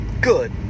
Good